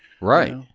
Right